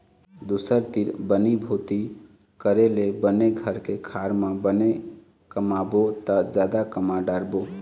दूसर तीर बनी भूती करे ले बने घर के खार म बने कमाबो त जादा कमा डारबो